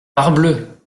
parbleu